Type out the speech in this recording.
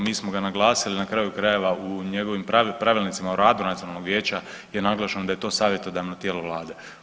Mi smo ga naglasili, na kraju krajeva u njegovim pravilnicima o radu Nacionalnog vijeća je naglašeno da je to savjetodavno tijelo Vlade.